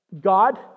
God